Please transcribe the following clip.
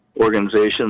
organizations